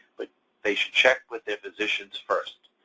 but they should check with their physicians first.